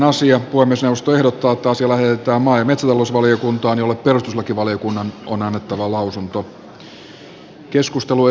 puhemiesneuvosto ehdottaa että asia lähetetään maa ja metsätalousvaliokuntaan jolle perustuslakivaliokunnan on annettava lausunto